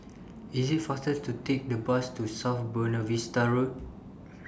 IT IS faster to Take The Bus to South Buona Vista Road